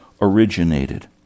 originated